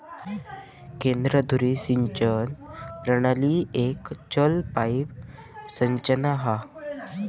केंद्र धुरी सिंचन प्रणाली एक चल पाईप संरचना हा